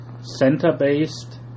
center-based